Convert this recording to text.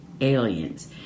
aliens